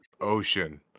ocean